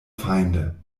feinde